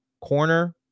corner